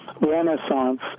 Renaissance